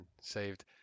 saved